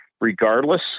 regardless